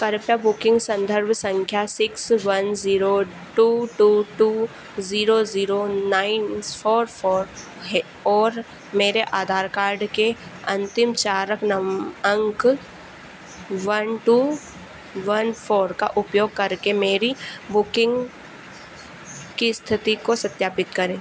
कर्प्या booking संधर्भ संख्या six one zero two two two zero zero nine four four है और मेरे आधार कार्ड के अंतिम चार अंक वन टू वन फ़ोर का उपयोग करके मेरी बुकिंग की स्थिति को सत्यापित करें